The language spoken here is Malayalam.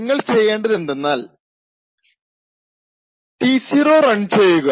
നിങ്ങൾ ചെയ്യേണ്ടത് എന്തെന്നാൽ റൺ T0